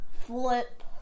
Flip